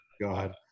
God